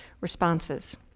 responses